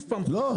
לא,